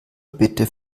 bitte